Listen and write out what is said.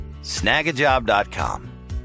snagajob.com